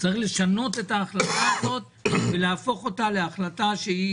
צריך לשנות את ההחלטה הזאת ולהפוך אותה להחלטה שהיא